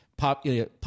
popular